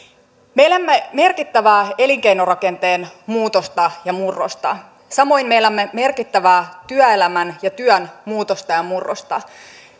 me elämme merkittävää elinkeinorakenteen muutosta ja murrosta samoin me elämme merkittävää työelämän ja työn muutosta ja murrosta